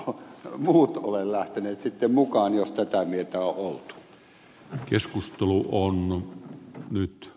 eivätkö muut ole lähteneet sitten mukaan jos tätä mieltä on nyt